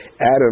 Adam